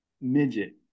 midget